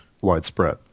widespread